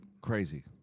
Crazy